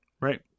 Right